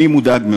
אני מודאג מאוד.